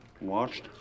Watched